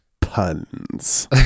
puns